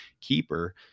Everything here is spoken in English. keeper